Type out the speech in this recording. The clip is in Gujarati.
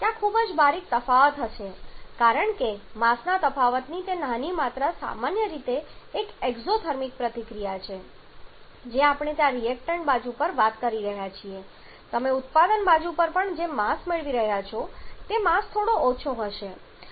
ત્યાં ખૂબ જ બારીક તફાવત હશે કારણ કે માસના તફાવતની તે નાની માત્રા સામાન્ય રીતે એક એક્ઝોથર્મિક પ્રતિક્રિયા છે જે આપણે ત્યાં રિએક્ટન્ટ બાજુ પર વાત કરી રહ્યા છીએ તમે ઉત્પાદન બાજુ પર જે પણ માસ મેળવી રહ્યાં છો તે માસ થોડો ઓછો હશે